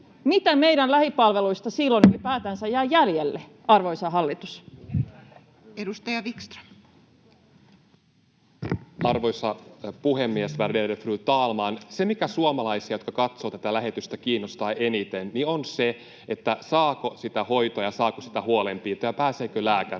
Mitä meidän lähipalveluista silloin ylipäätänsä jää jäljelle, arvoisa hallitus? Edustaja Wikström. Arvoisa puhemies, värderade fru talman! Se, mikä suomalaisia, jotka katsovat tätä lähetystä, kiinnostaa eniten, on se, saako sitä hoitoa ja saako sitä huolenpitoa ja pääseekö lääkärille.